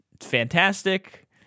fantastic